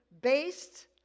based